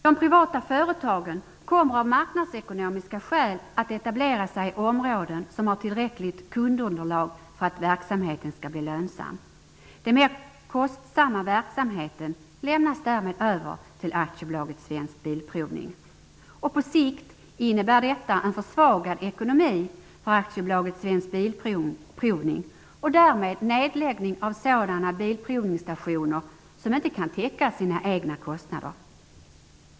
De privata företagen kommer av marknadsekonomiska skäl att etablera sig i områden som har tillräckligt kundunderlag för att verksamheten skall bli lönsam. Den mera kostsamma verksamheten lämnas därmed över till På sikt innebär detta en försvagad ekonomi för AB Svensk Bilprovning och därmed nedläggning av sådana bilprovningsstationer som inte kan täcka sina egna kostnader.